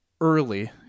early